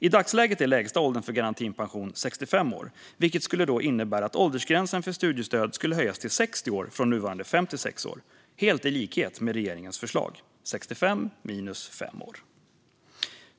I dagsläget är lägsta åldern för garantipension 65 år, vilket skulle innebära att åldersgränsen för studiestöd skulle höjas till 60 år från nuvarande 56 år, i likhet med regeringens förslag som är 65 minus 5 år.